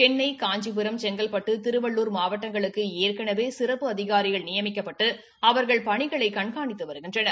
சென்னை காஞ்சிபுரம் செங்கல்பட்டு காஞ்சிபுரம் மாவட்டங்களுக்கு ஏற்களவே சிறப்பு அதிகாரிகள் நியமிக்கப்பட்டு அவர்கள் பணிகளை கண்காணித்து வருகின்றனர்